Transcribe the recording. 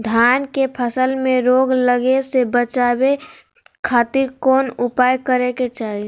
धान के फसल में रोग लगे से बचावे खातिर कौन उपाय करे के चाही?